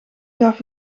gaf